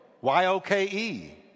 y-o-k-e